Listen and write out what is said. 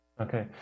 Okay